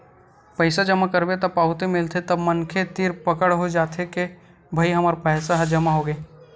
पइसा जमा करबे त पावती मिलथे तब मनखे तीर पकड़ हो जाथे के भई हमर पइसा ह जमा होगे